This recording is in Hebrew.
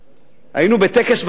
היינו בטקס בצפון,